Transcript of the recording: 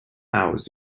hours